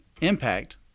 impact